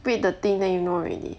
read the thing than you know already